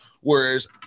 whereas